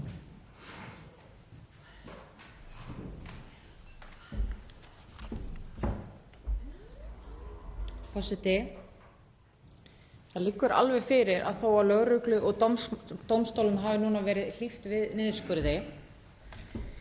Forseti. Það liggur alveg fyrir að þó að lögreglu og dómstólum hafi núna verið hlíft við niðurskurði